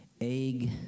egg